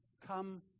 Come